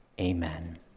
Amen